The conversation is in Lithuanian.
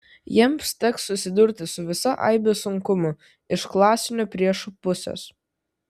jiems teks susidurti su visa aibe sunkumų iš klasinio priešo pusės